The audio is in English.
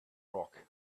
rock